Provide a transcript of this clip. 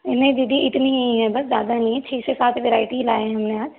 नहीं दीदी इतनी ही है बस ज़्यादा नहीं है छः से सात ही वैरायटीज़ लाएं हैं हमने आज